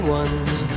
ones